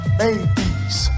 babies